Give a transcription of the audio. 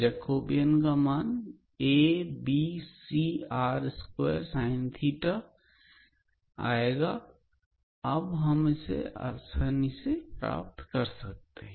Jacobian का मान आएगा हम इसे आसानी से प्राप्त कर सकते हैं